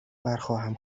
برخواهم